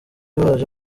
baje